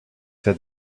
said